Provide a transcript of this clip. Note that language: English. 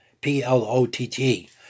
P-L-O-T-T